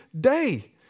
day